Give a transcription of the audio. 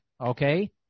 okay